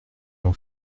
jean